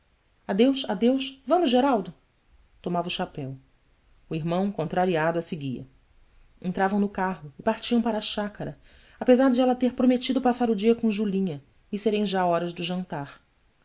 a sua deus amos eraldo omava o chapéu o irmão contrariado a seguia entravam no carro e partiam para a chácara apesar de ter ela prometido passar o dia com julinha e serem já horas do jantar